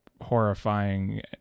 horrifying